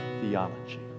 theology